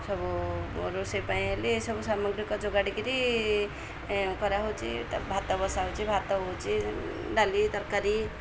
ସବୁ ରୋଷେଇ ପାଇଁ ହେଲେ ସବୁ ସାମଗ୍ରୀ ଯୋଗାଡ଼କରି କରାହେଉଛି ଭାତ ବସା ହେଉଛି ଭାତ ହେଉଛି ଡାଲି ତରକାରୀ